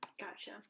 Gotcha